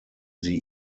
sie